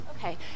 Okay